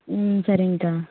ம் சரிங்கக்கா